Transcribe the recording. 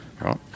right